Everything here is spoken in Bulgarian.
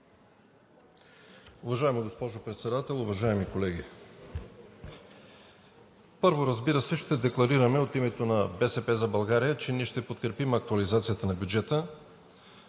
Уважаема госпожо Председател, уважаеми колеги! Първо, разбира се, ще декларираме от името на „БСП за България“, че ние ще подкрепим актуализацията на бюджета